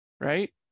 Right